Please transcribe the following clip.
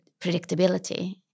predictability